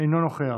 אינו נוכח,